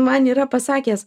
man yra pasakęs